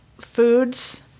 foods